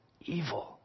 Evil